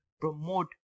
promote